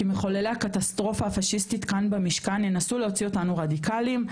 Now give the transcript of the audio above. כי מחוללי הקטסטרופה הפשיסטית כאן במשכן ינסו להוציא אותנו רדיקלים,